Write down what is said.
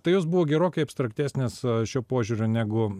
tai jos buvo gerokai abstraktesnės šiuo požiūrio negu